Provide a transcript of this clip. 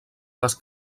les